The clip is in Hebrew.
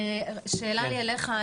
שאלה לי אליך,